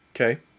okay